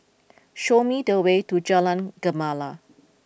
show me the way to Jalan Gemala